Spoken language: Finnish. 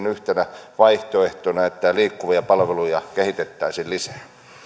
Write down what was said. yhtenä vaihtoehtona että liikkuvia palveluja kehitettäisiin lisää